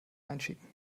einschicken